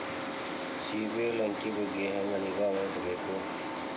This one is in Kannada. ಸಿಬಿಲ್ ಅಂಕಿ ಬಗ್ಗೆ ಹೆಂಗ್ ನಿಗಾವಹಿಸಬೇಕು?